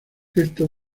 esto